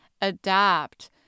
adapt